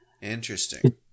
Interesting